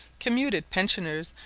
commuted pensioners,